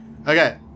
Okay